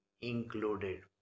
included